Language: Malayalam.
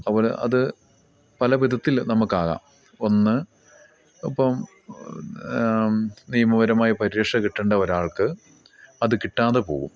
അത്പോലെ അവർ അത് പല വിധത്തിൽ നമുക്കാകാം ഒന്ന് ഇപ്പം നിയമപരമായ പരിരക്ഷ കിട്ടേണ്ട ഒരാൾക്ക് അത് കിട്ടാതെ പോവും